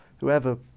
Whoever